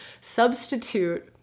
substitute